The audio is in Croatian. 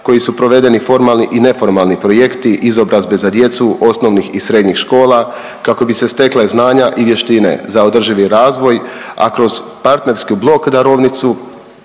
koji su provedeni formalni i neformalni projekti izobrazbe za djecu osnovnih i srednjih škola kako bi se stekla znanja i vještine za održivi razvoj, a kroz partnerski blok darovnicu